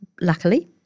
luckily